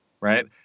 right